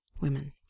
women